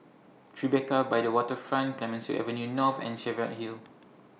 Tribeca By The Waterfront Clemenceau Avenue North and Cheviot Hill